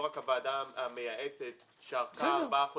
לא רק הוועדה המייעצת שארכה ארבעה חודשים.